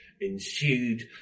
ensued